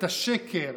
את השקר,